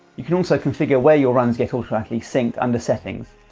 you can also configure where your runs get automatically sync'ed under settings.